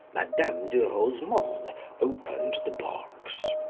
madame de rosemonde opened the box.